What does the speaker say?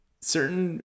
certain